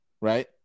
Right